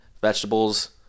vegetables